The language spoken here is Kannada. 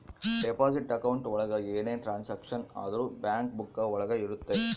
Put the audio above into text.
ಡೆಪಾಸಿಟ್ ಅಕೌಂಟ್ ಒಳಗ ಏನೇ ಟ್ರಾನ್ಸಾಕ್ಷನ್ ಆದ್ರೂ ಬ್ಯಾಂಕ್ ಬುಕ್ಕ ಒಳಗ ಇರುತ್ತೆ